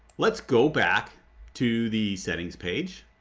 let's go back to the settings page